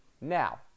Now